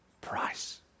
price